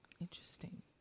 Interesting